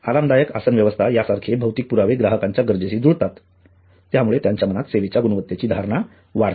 आरामदायक आसनव्यवस्था या सारखे भौतिक पुरावे ग्राहकांच्या गरजेशी जुळतात आणि त्यामुळे त्यांच्या मनात सेवेच्या गुणवत्तेची धारणा वाढते